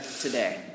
today